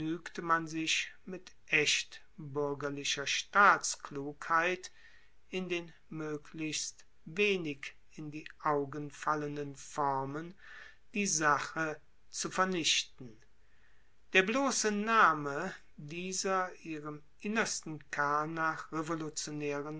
man sich mit echt buergerlicher staatsklugheit in den moeglichst wenig in die augen fallenden formen die sache zu vernichten der blosse name dieser ihrem innersten